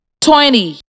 twenty